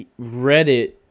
Reddit